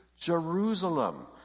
Jerusalem